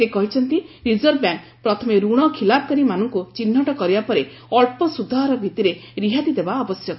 ସେ କହିଛନ୍ତି reserve bank ପ୍ରଥମେ ଋଣ ଖିଲାପକାରୀମାନଙ୍କ ଚିହ୍ରଟ କରିବା ପରେ ଅଳ୍ପ ସୁଧହାର ଭିଭିରେ ରିହାତି ଦେବା ଆବଶ୍ୟକ